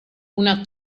una